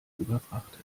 überfrachtet